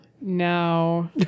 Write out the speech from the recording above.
No